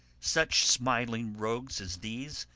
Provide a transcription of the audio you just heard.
such smiling rogues as these,